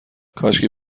کاشکی